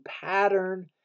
pattern